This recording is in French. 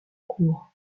cour